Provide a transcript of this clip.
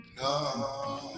No